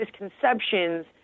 misconceptions